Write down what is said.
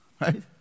Right